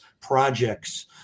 projects